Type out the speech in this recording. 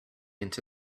into